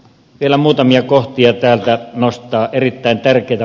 vielä muutamia kohtia täältä nostan erittäin tärkeitä